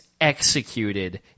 executed